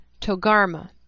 Togarma